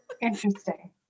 Interesting